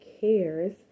cares